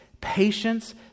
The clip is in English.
patience